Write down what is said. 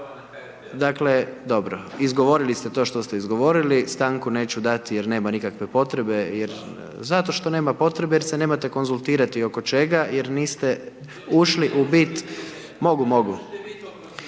dakle, dobro, izgovorili ste to što ste izgovorili, stanku neću dati jer nema nikakve potrebe, zato što nema potrebe, jer se nemate konzultirati oko čega jer niste ušli u bit, mogu, mogu.